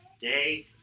Day